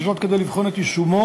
וזאת כדי לבחון את יישומו,